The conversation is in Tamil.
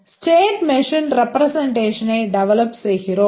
ஸ்டேட் மெஷின் ரெப்ரெசென்ட்டேஷனை டெவெலப் செய்கிறோம்